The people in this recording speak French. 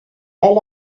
elle